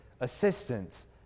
assistance